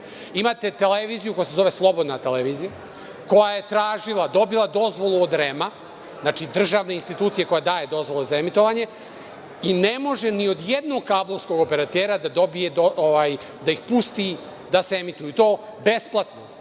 Imate televiziju koja se zove „Slobodna televizija“, koja je tražila, dobila dozvolu od REM-a, znači, državne institucije koja daje dozvole za emitovanje, i ne može ni od jednog kablovskog operatera da dobije da ih pusti da se emituju, i to besplatno,